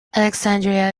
alexandria